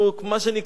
מה שנקרא,